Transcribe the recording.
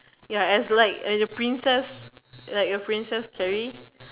ya as like as a princess like a princess cherry